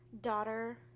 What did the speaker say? daughter